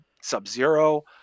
Sub-Zero